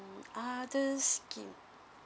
others scheme